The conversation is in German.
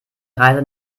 reise